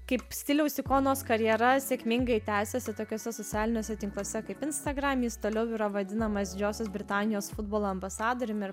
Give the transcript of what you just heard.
kaip stiliaus ikonos karjera sėkmingai tęsėsi tokiuose socialiniuose tinkluose kaip instagram jis toliau yra vadinamas didžiosios britanijos futbolo ambasadorium ir